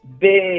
Big